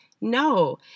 No